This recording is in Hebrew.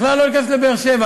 בכלל לא להיכנס לבאר-שבע,